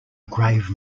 grave